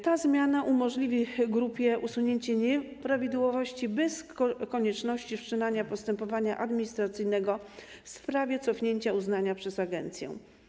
Ta zmiana umożliwi grupie usunięcie nieprawidłowości bez konieczności wszczynania postępowania administracyjnego w sprawie cofnięcia uznania przez agencję.